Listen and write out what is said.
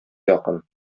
якын